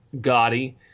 gaudy